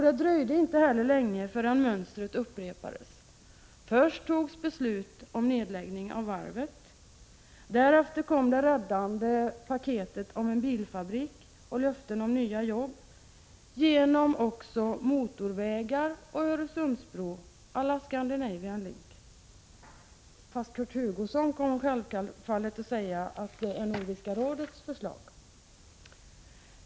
Det dröjde ju inte länge förrän mönstret upprepades: Först togs beslutet om nedläggning av varvet, därefter kom det räddande paketet med en bilfabrik och löften om nya jobb genom motorvägar och Öresundsbro å la Scandinavian Link. Fast Kurt Hugosson kommer självfallet att säga att det är Nordiska rådets förslag!